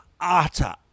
utter